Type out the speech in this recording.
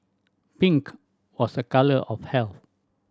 pink was a colour of health